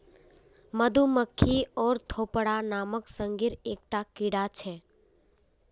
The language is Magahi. मधुमक्खी ओर्थोपोडा नामक संघेर एक टा कीड़ा छे